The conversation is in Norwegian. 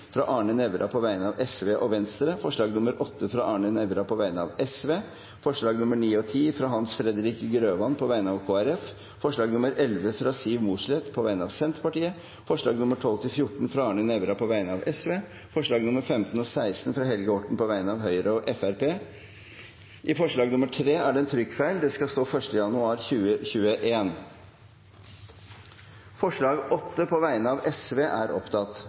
fra Arne Nævra på vegne av Sosialistisk Venstreparti og Venstre forslag nr. 8, fra Arne Nævra på vegne av Sosialistisk Venstreparti forslagene nr. 9 og 10, fra Hans Fredrik Grøvan på vegne av Kristelig Folkeparti forslag nr. 11, fra Siv Mossleth på vegne av Senterpartiet forslagene nr. 12–14, fra Arne Nævra på vegne av Sosialistisk Venstreparti forslagene nr. 15 og 16, fra Helge Orten på vegne av Høyre og Fremskrittspartiet I forslag nr. 3 er det en trykkfeil, det skal stå «1. januar